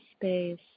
space